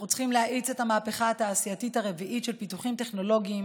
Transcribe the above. אנחנו צריכים להאיץ את המהפכה התעשייתית הרביעית של פיתוחים טכנולוגיים,